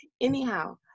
Anyhow